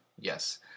yes